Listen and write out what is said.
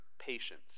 patience